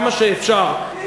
כמה שאפשר,